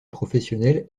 professionnelle